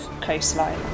coastline